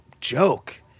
joke